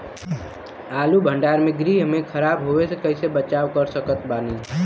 आलू भंडार गृह में खराब होवे से कइसे बचाव कर सकत बानी?